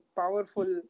powerful